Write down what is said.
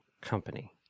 Company